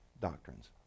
doctrines